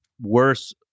worse